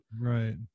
Right